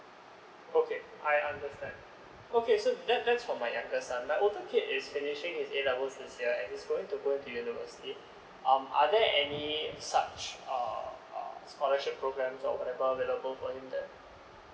oh okay I understand okay so that that's for my younger son my older kid is finishing his A levels this year and he is going to go to university um are there any such scholarship programme or whatever available for him that